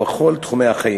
ובכל תחומי החיים.